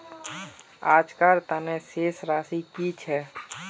आजकार तने शेष राशि कि छे?